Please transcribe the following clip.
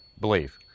believe